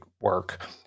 work